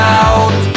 out